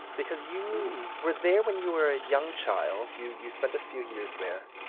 because you were there when you were a young child, you you spent a few years there,